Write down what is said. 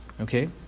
Okay